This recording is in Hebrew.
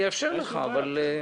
אאפשר לך בהמשך.